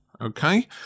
Okay